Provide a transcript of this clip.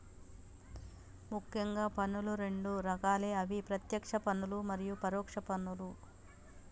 ముఖ్యంగా పన్నులు రెండు రకాలే అవి ప్రత్యేక్ష పన్నులు మరియు పరోక్ష పన్నులు